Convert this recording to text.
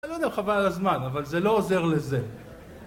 אני לא יודע אם חבל על הזמן, אבל זה לא עוזר לזה